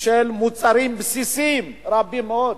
של מוצרים בסיסיים רבים מאוד,